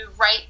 write